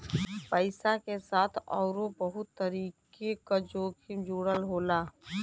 पइसा के साथ आउरो बहुत तरीके क जोखिम जुड़ल होला